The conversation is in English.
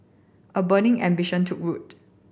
a burning ambition took root